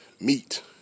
meat